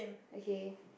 okay